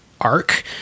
arc